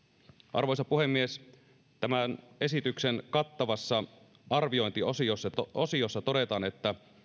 arvoisa puhemies tämän esityksen kattavassa arviointiosiossa todetaan että